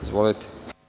Izvolite.